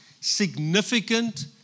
significant